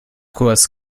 kurs